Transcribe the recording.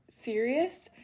serious